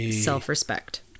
Self-respect